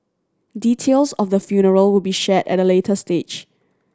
details of the funeral will be shared at a later stage